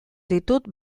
ditut